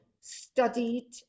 studied